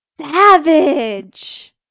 savage